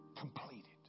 Completed